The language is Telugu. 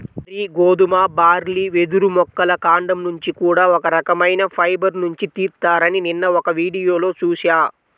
వరి, గోధుమ, బార్లీ, వెదురు మొక్కల కాండం నుంచి కూడా ఒక రకవైన ఫైబర్ నుంచి తీత్తారని నిన్న ఒక వీడియోలో చూశా